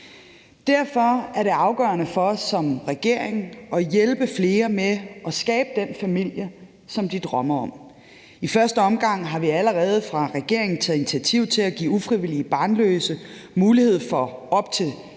Derfor er det afgørende for os som regering at hjælpe flere med at skabe den familie, som de drømmer om at få. I første omgang har vi allerede fra regeringens side taget initiativ til at give ufrivilligt barnløse mulighed for op til